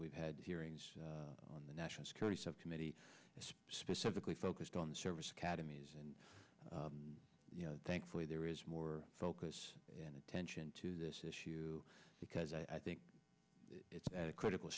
we've had hearings on the national security subcommittee and specifically focused on the service academies and you know thankfully there is more focus and attention to this issue because i think it's at a critical